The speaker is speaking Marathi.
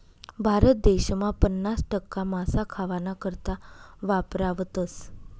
भारत देसमा पन्नास टक्का मासा खावाना करता वापरावतस